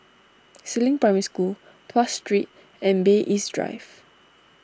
Si Ling Primary School Tuas Street and Bay East Drive